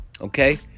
Okay